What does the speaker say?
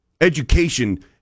Education